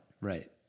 Right